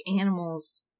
animals